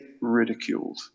ridiculed